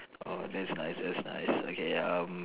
oh thats nice thats nice okay ya um